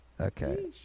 Okay